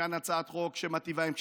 וכאן הצעת חוק שמיטיבה עם קשישים,